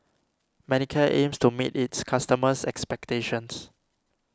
Manicare aims to meet its customers' expectations